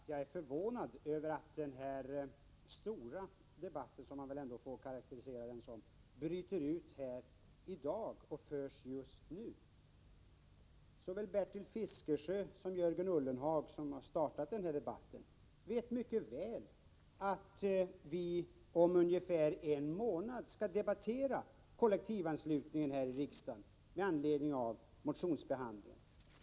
Herr talman! Låt mig först säga att jag är förvånad över att denna stora debatt — så får man väl ändå karakterisera den — bryter ut här i dag och förs just nu. Såväl Bertil Fiskesjö som Jörgen Ullenhag, som har startat debatten, vet mycket väl att vi om ungefär en månad skall debattera kollektivanslutningen på grundval av motioner som behandlats.